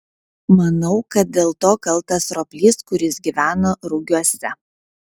manau kad dėl to kaltas roplys kuris gyvena rugiuose